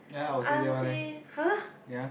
aunty [huh]